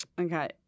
Okay